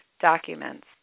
documents